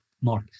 mark